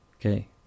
Okay